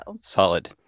Solid